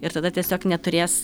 ir tada tiesiog neturės